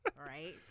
right